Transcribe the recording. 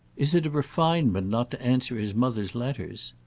is it a refinement not to answer his mother's letters?